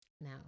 now